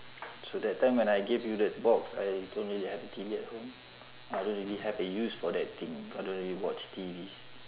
so that time when I gave you that box I don't really have a T_V at home I don't really have a use for that thing cause I don't really watch T_Vs